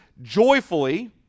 joyfully